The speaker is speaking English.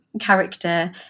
character